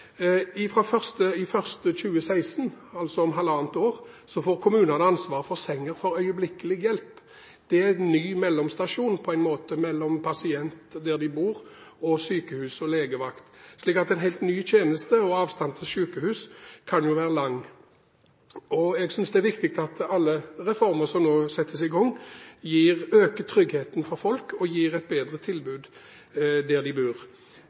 Fra 1. januar 2016, altså om halvannet år, får kommunene ansvar for senger for øyeblikkelig hjelp. Det er på en måte en ny mellomstasjon mellom pasientene der de bor, og sykehus og legevakt. Det er en helt ny tjeneste. Avstanden til sykehus kan være lang, og jeg synes det er viktig at alle reformer som nå settes i gang, øker tryggheten for folk og gir et bedre tilbud der de